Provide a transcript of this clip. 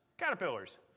Caterpillars